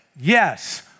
yes